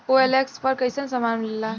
OLX पर कइसन सामान मीलेला?